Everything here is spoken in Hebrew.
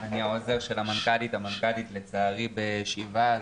אני העוזר של המנכ"לית, המנכ"לית, לצערי, בשבעה.